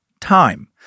time